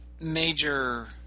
major